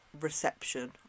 reception